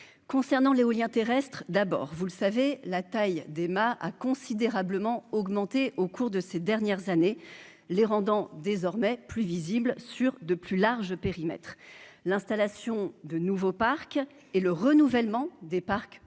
d'abord, vous le savez, la taille des a considérablement augmenté au cours de ces dernières années, les rendant désormais plus visibles sur de plus larges périmètres l'installation de nouveaux parcs et le renouvellement des parcs plus anciens